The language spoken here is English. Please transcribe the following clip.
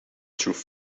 through